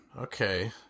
Okay